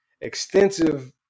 extensive